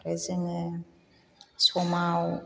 ओमफ्राय जोङो समाव